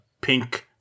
pink